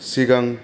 सिगां